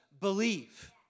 believe